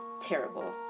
Terrible